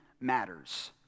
matters